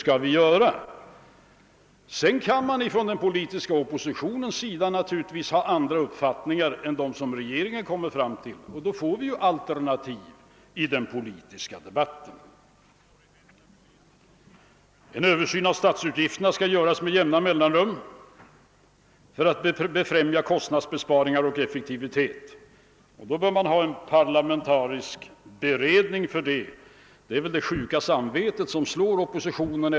Naturligtvis kan den politiska oppositionen ha andra uppfattningar än regeringen har, och då får vi alternativ i den politiska debatten. : >»En översyn av statsutgifterna skall göras med jämna mellanrum för att befrämja kostnadsbesparingar och effektivitet, och man bör ha en parlamentarisk beredning för detta», tyckte herr Gustafson. — Det är väl det sjuka samvetet som slår oppositionen.